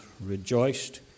rejoiced